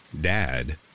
Dad